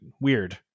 weird